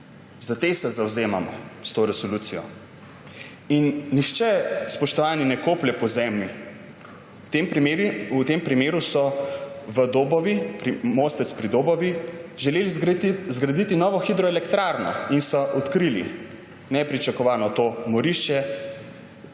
Za te se zavzemamo s to resolucijo. In nihče, spoštovani, ne koplje po zemlji. V tem primeru so v Dobovi, Mostecu pri Dobovi želeli zgraditi novo hidroelektrarno in so nepričakovano odkrili